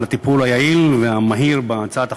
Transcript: על הטיפול היעיל והמהיר בהצעת החוק.